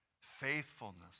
faithfulness